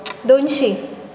दोनशीं